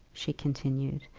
she continued.